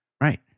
Right